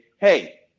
hey